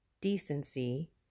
decency